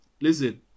listen